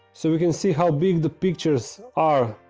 so we can see how big the pictures are.